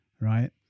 right